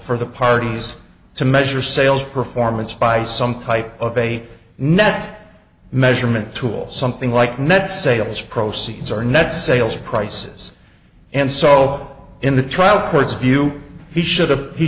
for the parties to measure sales performance by some type of a net measurement tools something like net sales proceeds are net sales prices and so in the trial court's view he should have he